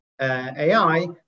AI